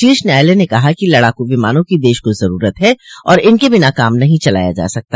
शीर्ष न्यायालय ने कहा कि लड़ाकू विमानों की देश को जरूरत है और इनके बिना काम नहीं चलाया जा सकता